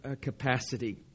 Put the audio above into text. capacity